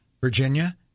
Virginia